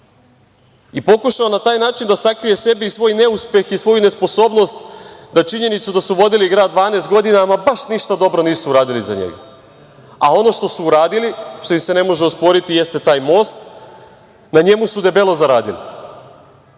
i pokušao na taj način da sakrije sebe i svoj neuspeh i svoju nesposobnost i činjenicu da dok su vodili grad 12 godina ama baš ništa dobro nisu uradili za njega. Ono što su uradili, što im se ne može osporiti jeste taj most, na njemu su debelo zaradili.